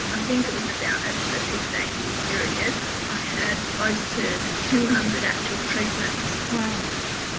i think it was about over a fifteen year period i had close to two hundred actual treatments. wow.